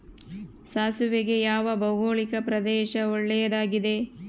ಸಾಸಿವೆಗೆ ಯಾವ ಭೌಗೋಳಿಕ ಪ್ರದೇಶ ಒಳ್ಳೆಯದಾಗಿದೆ?